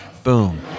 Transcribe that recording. Boom